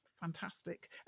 fantastic